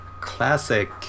classic